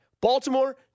Baltimore